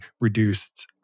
reduced